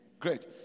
great